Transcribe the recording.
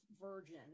Virgin